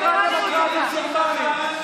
מה יש לך לקרוא לי?